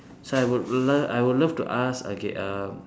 so I would love I would love to ask okay uh